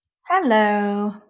Hello